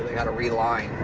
they had to reline